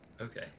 Okay